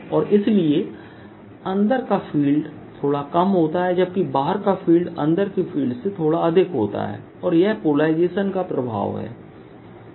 और इसलिए अंदर का फील्ड थोड़ा कम होता है जबकि बाहर का फील्ड अंदर के फील्ड से थोड़ा अधिक होता है और यह पोलराइजेशन का प्रभाव है